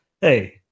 hey